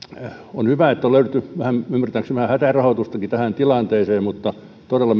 on hyvä että on löydetty ymmärtääkseni vähän hätärahoitustakin tähän tilanteeseen mutta todella